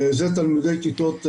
זה לכיתות ו'-י"ב,